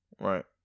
Right